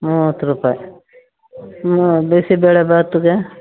ಮೂವತ್ತು ರೂಪಾಯಿ ಬಿಸಿ ಬೇಳೆ ಬಾತುಗೆ